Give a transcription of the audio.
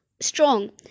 strong